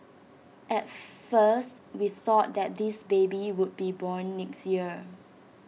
at first we thought that this baby would be born next year